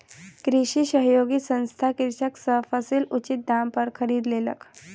कृषि सहयोगी संस्थान कृषक सॅ फसील उचित दाम पर खरीद लेलक